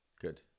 Good